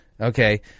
Okay